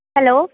hello